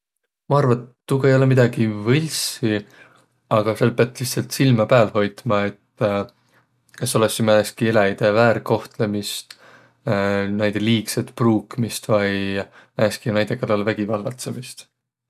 Ma arva, et tuuga ei olõq midägi võlssi, aga sääl piät lihtsält silmä pääl hoitma, et es olõssi määnestki eläjide väärkohtlõmist, näide liigsõt pruukmist vai määnestki näide kallal vägivallatsõmist.